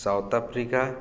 South Africa